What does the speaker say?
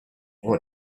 what